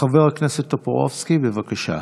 חבר הכנסת טופורובסקי, בבקשה.